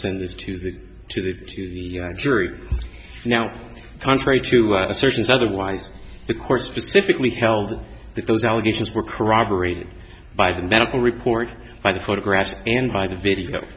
send this to the to the to the jury now contrary to assertions otherwise the courts specifically held that those allegations were corroborated by the medical report by the photographs and by the video